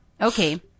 Okay